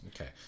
Okay